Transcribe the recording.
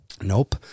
Nope